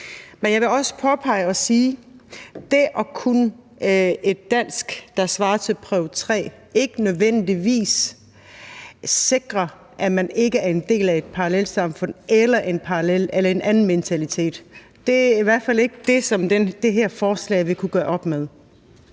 Men jeg vil også påpege, at det at kunne dansk på et niveau, der svarer til at have bestået danskprøve 3, ikke nødvendigvis sikrer, at man ikke er en del af et parallelsamfund eller har en anden mentalitet. Det er i hvert fald ikke noget, som det her forslag vil kunne gøre op med.